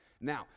Now